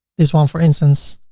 this one for instance